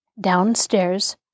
Downstairs